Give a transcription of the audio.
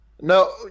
No